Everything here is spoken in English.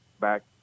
back